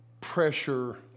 pressure